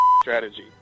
strategy